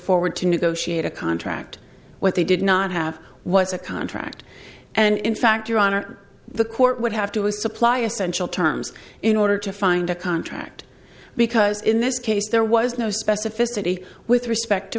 forward to negotiate a contract what they did not have was a contract and in fact your honor the court would have to supply essential terms in order to find a contract because in this case there was no specificity with respect to